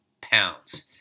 pounds